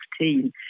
team